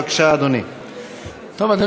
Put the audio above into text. בבקשה, חבר הכנסת סמוטריץ, עד עשר דקות לרשותך.